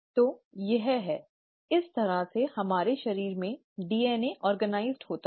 तो यह है इस तरह से हमारे शरीर में DNA व्यवस्थित होता है